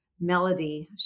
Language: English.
Melody